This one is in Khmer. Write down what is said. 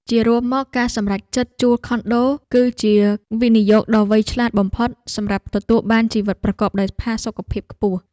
ជារួមមក ការសម្រេចចិត្តជួលខុនដូគឺជាវិនិយោគដ៏វៃឆ្លាតបំផុតសម្រាប់ទទួលបានជីវិតប្រកបដោយផាសុកភាពខ្ពស់។